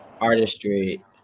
artistry